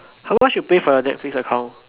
how much you pay for your netflix account